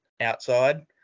outside